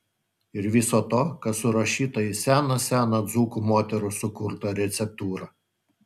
ir viso to kas surašyta į seną seną dzūkų moterų sukurtą receptūrą